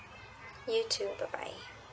you too bye bye